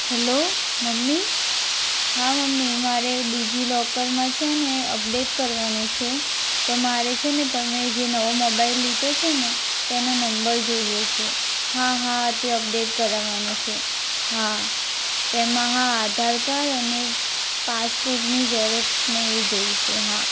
hello mummy હા mummy મારે ડિજિલોકરમા છે ને અપડેટ કરવાનું છે તો મારે છે ને તમે જે નવો મોબાઈલ લીધો છે ને તો એનો નંબર જોઈએ છે હા હા તે અપડેટ કરાવાનો છે હા તેમાં હા આધાર કાડ અને પાસબૂકની ઝેરોક્ષ ને એ જોઇશે હા